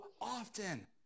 often